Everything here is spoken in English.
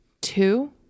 two